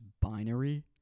binary